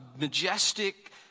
majestic